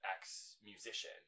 ex-musician